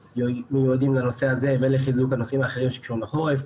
מיועדים לנושא הזה ולחיזוק הנושאים האחרים שקשורים לחורף,